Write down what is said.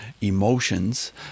emotions